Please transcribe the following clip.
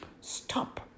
Stop